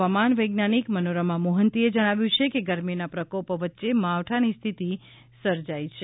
હવામાન વૈજ્ઞાનિક મનોરમા મોહંતીએ જણાવ્યું છે કે ગરમીના પ્રકોપ વચ્ચે માવઠાની સ્થિતિ સર્જાઈ છે